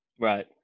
right